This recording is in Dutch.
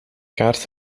kaart